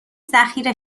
ذخیره